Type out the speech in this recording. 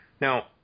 Now